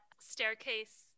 staircase